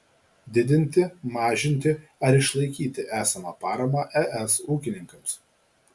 didinti mažinti ar išlaikyti esamą paramą es ūkininkams